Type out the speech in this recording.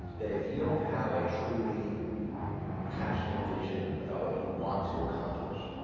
that if you don't have a truly passionate vision about what you want to accomplish,